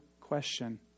question